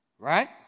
right